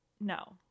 No